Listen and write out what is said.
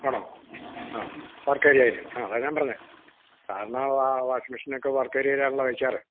ആണോ ആ വർക്കേരിയയില് ആ അതാണു ഞാന് പറഞ്ഞത് സാധാരണ വാഷിംഗ് മെഷിനൊക്കെ വർക്കേരിയേലാണല്ലോ വയ്ക്കാറ്